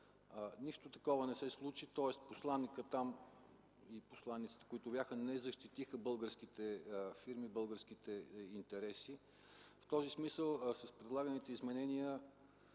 Нищо такова не се случи, тоест посланикът там или посланиците, които бяха, не защитиха българските фирми, българските интереси. В този смисъл с предлаганите изменения